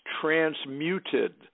transmuted